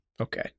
Okay